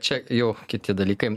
čia jau kiti dalykai